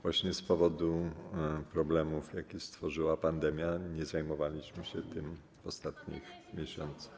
Właśnie z powodu problemów, jakie stworzyła pandemia, nie zajmowaliśmy się tym w ostatnich miesiącach.